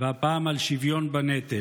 והפעם על שוויון בנטל.